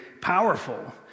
powerful